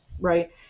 right